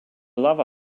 lava